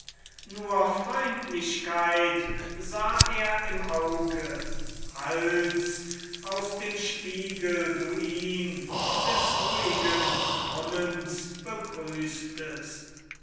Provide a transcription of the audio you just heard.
nur freundlichkeit sah er im auge als aus dem spiegel du ihn des ruhigen brunnens begrüßtest